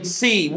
see